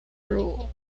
rule